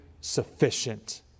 sufficient